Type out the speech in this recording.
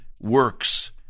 works